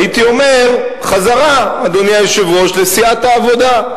הייתי אומר חזרה, אדוני היושב-ראש, לסיעת העבודה.